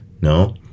No